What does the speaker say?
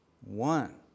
one